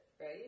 right